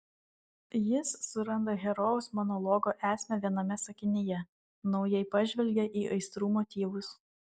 jis suranda herojaus monologo esmę viename sakinyje naujai pažvelgia į aistrų motyvus